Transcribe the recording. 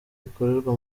rikorerwa